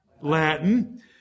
Latin